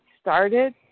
started